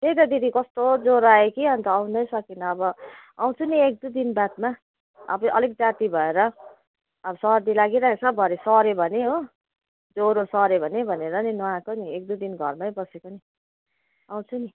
त्यही दिदी कस्तो ज्वरो आयो कि अन्त आउनै सकिन अब आउँछु नि एक दुई दिन बादमा अब अलिक जाती भएर अब सर्दी लागिरहेकोछ भरे सऱ्यो भने हो ज्वरो सऱ्यो भने भनेर नि नआएको नि एक दुई दिन घरमै बसेको नि आउँछु नि